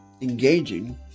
engaging